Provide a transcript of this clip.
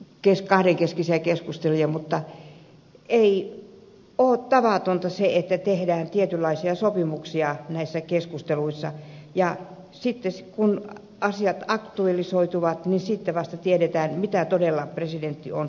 mutta ei ole tavatonta se että tehdään tietynlaisia sopimuksia näissä keskusteluissa ja sitten kun asiat aktualisoituvat vasta tiedetään mitä presidentti todella on sopinut